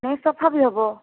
ନାଇଁ ସଫା ବି ହେବ